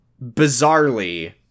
bizarrely